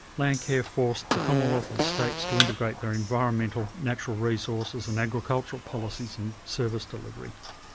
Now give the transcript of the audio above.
landcare forced the commonwealth and states to integrate their environmental, natural resources and agriculture policies and service delivery.